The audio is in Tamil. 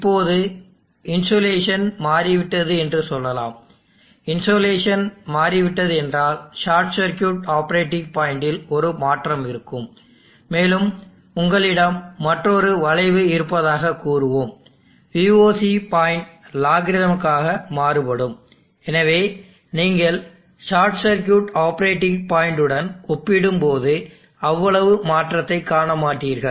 இப்போது இன்சோலேஷன் மாறிவிட்டது என்று சொல்லலாம் இன்சோலேஷன் மாறிவிட்டது என்றால் ஷார்ட் சர்க்யூட் ஆப்பரேட்டிங் பாயிண்டில் ஒரு மாற்றம் இருக்கும் மேலும் உங்களிடம் மற்றொரு வளைவு இருப்பதாகக் கூறுவோம் VOC பாயிண்ட் லாகரித்மிக்காக மாறுபடும் எனவே நீங்கள் ஷார்ட் சர்க்யூட் ஆப்பரேட்டிங் பாயிண்ட்டுடன் ஒப்பிடும்போது அவ்வளவு மாற்றத்தைக் காண மாட்டீர்கள்